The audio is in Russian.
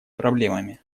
проблемами